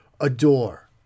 adore